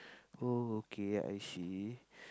oh okay I see